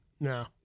No